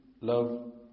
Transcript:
love